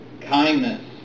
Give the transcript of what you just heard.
kindness